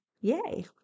yay